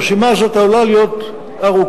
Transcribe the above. הרשימה הזאת עלולה להיות ארוכה.